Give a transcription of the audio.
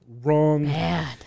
wrong